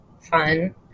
fun